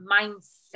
mindset